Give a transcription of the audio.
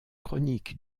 chronique